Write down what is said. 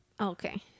Okay